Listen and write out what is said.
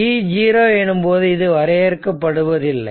t0 எனும்போது இது வரையறுக்கப்படுவதில்லை